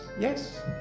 yes